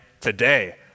today